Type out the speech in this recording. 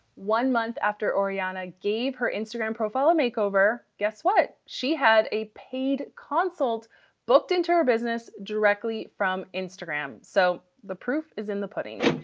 one month after oriana gave her instagram profile a makeover, guess what? she had a paid consult booked into her business directly from instagram, so the proof is in the pudding.